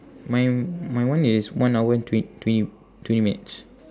mine my one is one hour and twen~ twenty twenty minutes